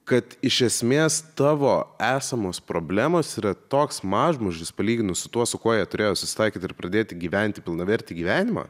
kad iš esmės tavo esamos problemos yra toks mažmožis palyginus su tuo su kuo jie turėjo susitaikyt ir pradėti gyventi pilnavertį gyvenimą